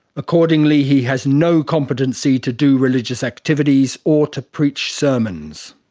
accordingly, he has no competency to do religious activities or to preach sermons.